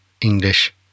English